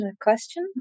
question